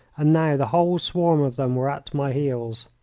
and now the whole swarm of them were at my heels.